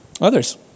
Others